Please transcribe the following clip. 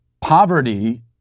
poverty